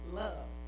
love